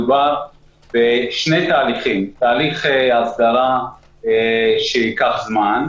מדובר בשני תהליכים: תהליך הסדרה שייקח זמן,